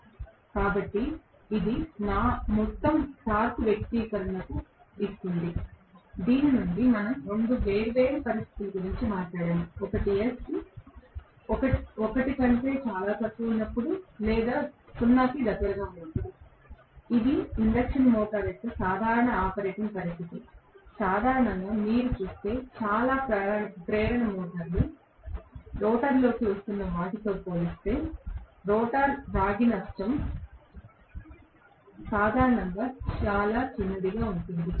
కాబట్టి ఇది నాకు మొత్తం టార్క్ వ్యక్తీకరణను ఇస్తుంది దీని నుండి మనము 2 వేర్వేరు పరిస్థితుల గురించి మాట్లాడాము ఒకటి s 1 కంటే చాలా తక్కువగా ఉన్నప్పుడు లేదా 0 కి దగ్గరగా ఉన్నప్పుడు ఇది ఇండక్షన్ మోటారు యొక్క సాధారణ ఆపరేటింగ్ పరిస్థితి సాధారణంగా మీరు చూస్తే చాలా ప్రేరణ మోటార్లు రోటర్లోకి వస్తున్న వాటితో పోల్చితే రోటర్ రాగి నష్టం సాధారణంగా చాలా చిన్నదిగా ఉంటుంది